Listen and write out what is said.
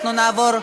אנחנו נעבור,